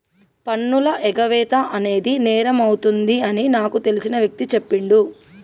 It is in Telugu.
పన్నుల ఎగవేత అనేది నేరమవుతుంది అని నాకు తెలిసిన వ్యక్తి చెప్పిండు